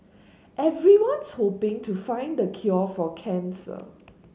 everyone's hoping to find the cure for cancer